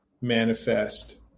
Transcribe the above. manifest